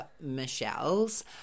Michelle's